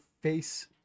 face